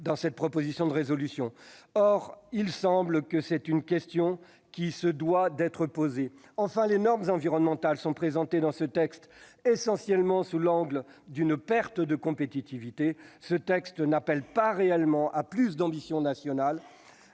dans cette proposition de résolution. Or elles doivent être posées. Enfin, les normes environnementales sont présentées ici essentiellement sous l'angle d'une perte de compétitivité. Ce texte n'appelle pas réellement à plus d'ambition nationale.